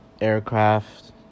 aircraft